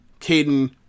Caden